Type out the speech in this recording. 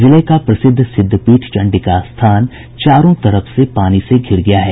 जिले का प्रसिद्ध सिद्धपीठ चंडिका स्थान चारों तरफ से पानी से घिर गया है